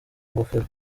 ngofero